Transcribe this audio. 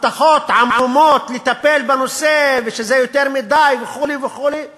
הבטחות עמומות לטפל בנושא ושזה יותר מדי וכו' וכו' שמענו.